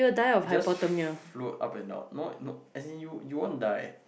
you just float up and now no no as in you you won't die